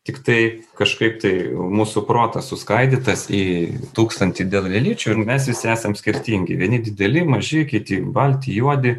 tiktai kažkaip tai mūsų protas suskaidytas į tūkstantį dalelyčių ir mes visi esam skirtingi vieni dideli maži kiti balti juodi